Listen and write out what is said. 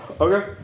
Okay